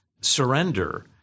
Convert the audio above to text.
surrender